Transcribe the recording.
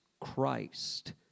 Christ